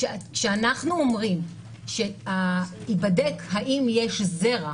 כשאנחנו אומרים שייבדק האם יש זרע,